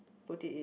put it in